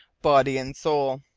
body and soul.